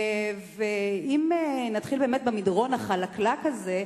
ואם נתחיל במדרון החלקלק הזה,